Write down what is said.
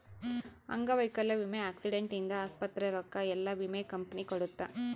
ಅಂಗವೈಕಲ್ಯ ವಿಮೆ ಆಕ್ಸಿಡೆಂಟ್ ಇಂದ ಆಸ್ಪತ್ರೆ ರೊಕ್ಕ ಯೆಲ್ಲ ವಿಮೆ ಕಂಪನಿ ಕೊಡುತ್ತ